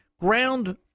Ground